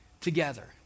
together